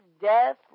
death